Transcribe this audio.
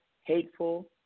hateful